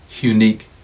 unique